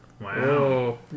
Wow